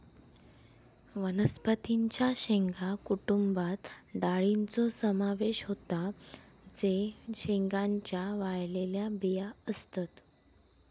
वनस्पतीं च्या शेंगा कुटुंबात डाळींचो समावेश होता जे शेंगांच्या वाळलेल्या बिया असतत